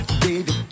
baby